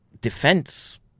defense